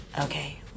Okay